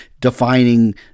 defining